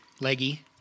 leggy